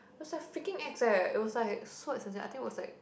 it was like freaking ex eh it was like so expensive I think was like